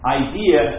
idea